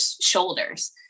shoulders